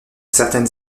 certaines